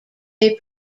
they